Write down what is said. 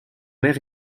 mère